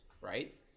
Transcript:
right